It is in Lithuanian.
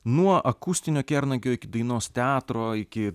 nuo akustinio kernagio iki dainos teatro iki